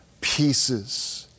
pieces